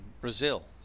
Brazil